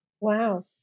wow